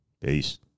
Peace